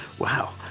wow.